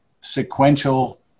sequential